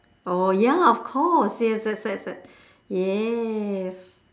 oh ya of course yes yes yes yes yes